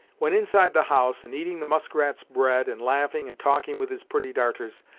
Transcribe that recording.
when inside the house, and eating the muskrat's bread, and laughing and talking with his pretty darters,